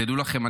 תדעו לכם,